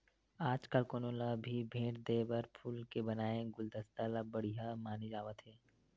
आजकाल कोनो ल भी भेट देय म फूल के बनाए गुलदस्ता ल बड़िहा माने जावत हे